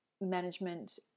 management